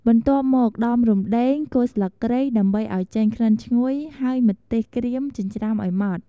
បន្ទាប់មក ដំរំដេង គល់ស្លឹកគ្រៃ ដើម្បីឲ្យចេញក្លិនឈ្ងុយ ហើយម្ទេសក្រៀមចិញ្រ្ចាំឲ្យម៉ត់។